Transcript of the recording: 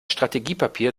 strategiepapier